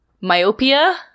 Myopia